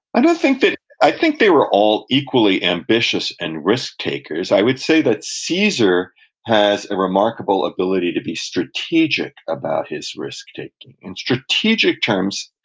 i don't think that, i think they were all equally ambitious and risk-takers. i would say that caesar has a remarkable ability to be strategic about his risk-taking. in strategic terms,